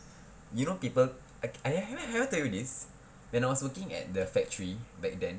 you know people have I have I tell you this when I was working at the factory back then